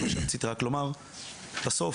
בסוף